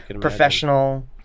professional